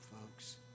folks